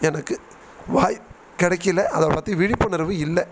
எனக்கு வாய்ப்பு கிடைக்கில அதைப் பற்றி விழிப்புணர்வு இல்லை